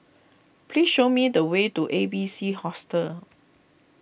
please show me the way to A B C Hostel